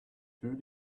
through